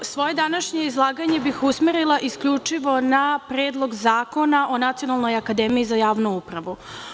Svoje današnje izlaganje bih usmerila isključivo na Predlog zakona o Nacionalnoj akademiji za javnu upravu.